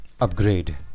upgrade